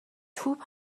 توپ